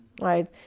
right